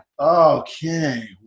Okay